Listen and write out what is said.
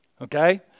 Okay